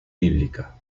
bíblica